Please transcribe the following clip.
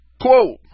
Quote